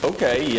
Okay